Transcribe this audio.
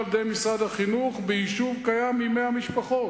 על-ידי משרד החינוך ביישוב קיים עם 100 משפחות.